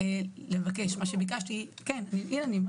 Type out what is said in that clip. נכון.